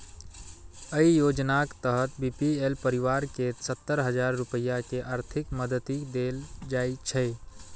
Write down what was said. अय योजनाक तहत बी.पी.एल परिवार कें सत्तर हजार रुपैया के आर्थिक मदति देल जाइ छै